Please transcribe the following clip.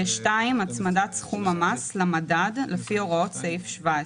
"(2)הצמדת סכום המס למדד לפי הוראות סעיף 17."